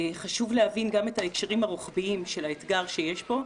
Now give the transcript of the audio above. חשוב להבין גם את ההקשרים הרוחביים של האתגר שיש פה.